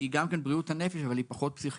שהיא גם כן בריאות הנפש אבל היא פחות פסיכיאטריה: